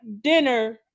dinner